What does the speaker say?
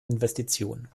investition